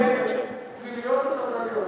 מדיניות או כלכליות?